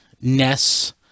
Ness